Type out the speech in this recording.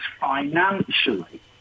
financially